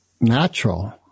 natural